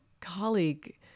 colleague